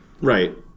Right